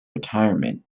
retirement